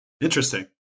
Interesting